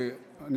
תודה רבה.